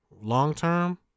long-term